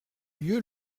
lieu